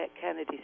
kennedy